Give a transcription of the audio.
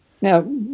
Now